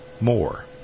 more